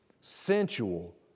sensual